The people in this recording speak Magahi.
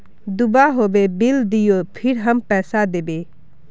दूबा होबे बिल दियो फिर हम पैसा देबे?